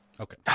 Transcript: Okay